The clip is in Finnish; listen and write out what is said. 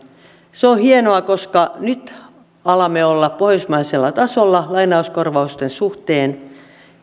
se on hienoa koska nyt alamme olla pohjoismaisella tasolla lainauskorvausten suhteen